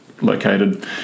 located